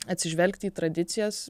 atsižvelgti į tradicijas